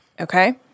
Okay